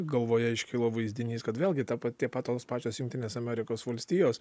galvoje iškilo vaizdinys kad vėlgi ta pati tos pačios jungtinės amerikos valstijos